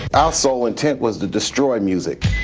our sole intent was to destroy music.